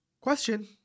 Question